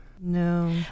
No